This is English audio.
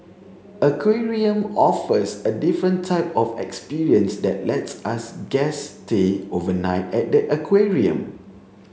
aquarium offers a different type of experience that lets us guests stay overnight at the aquarium